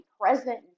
present